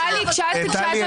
--- טלי, איני זקוק